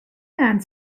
and